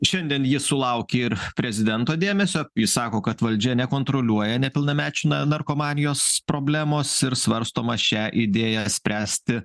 šiandien ji sulaukė ir prezidento dėmesio jis sako kad valdžia nekontroliuoja nepilnamečių narkomanijos problemos ir svarstoma šią idėją spręsti